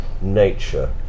nature